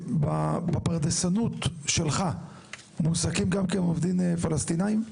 ובפרדסנות שלך מועסקים גם כן עובדים פלסטינים?